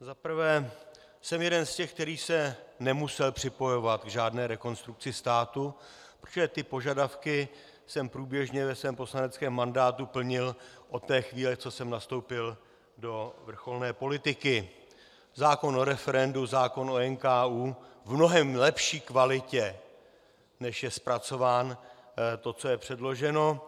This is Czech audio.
Za prvé, jsem jeden z těch, který se nemusel připojovat k žádné Rekonstrukci státu, protože ty požadavky jsem průběžně ve svém poslaneckém mandátu plnil od té chvíle, co jsem nastoupil do vrcholné politiky, zákon o referendu, zákon o NKÚ, v mnohem lepší kvalitě, než je zpracováno to, co je předloženo.